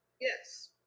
yes